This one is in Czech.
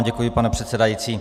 Děkuji vám, pane předsedající.